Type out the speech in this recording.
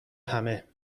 همه